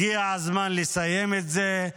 הגיע הזמן לסיים את זה.